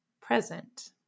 present